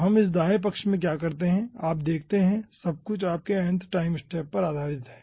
तो हम इस दाएं पक्ष में क्या करते हैं आप देखते हैं कि सब कुछ आपके nth टाइम स्टेप पर आधारित है